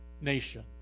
nation